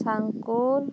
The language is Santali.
ᱥᱟᱱᱠᱩᱞ